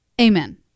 Amen